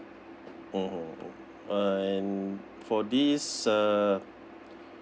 mm mm and for this uh